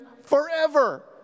forever